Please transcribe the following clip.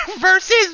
versus